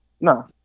No